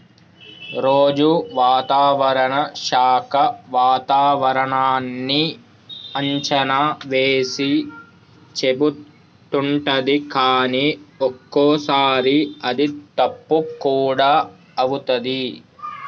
రోజు వాతావరణ శాఖ వాతావరణన్నీ అంచనా వేసి చెపుతుంటది కానీ ఒక్కోసారి అది తప్పు కూడా అవుతది